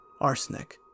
arsenic